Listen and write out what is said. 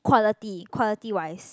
quality quality wise